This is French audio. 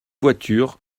voiture